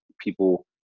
people